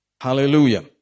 Hallelujah